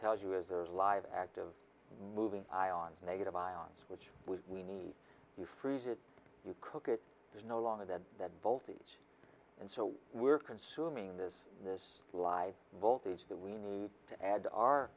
tells you is there is live active moving on negative ions which we need to freeze it to cook it there's no longer that that voltage and so we're consuming this this live voltage that we need to add